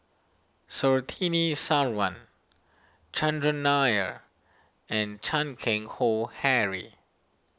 Surtini Sarwan Chandran Nair and Chan Keng Howe Harry